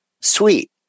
Sweet